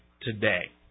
today